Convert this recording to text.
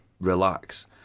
relax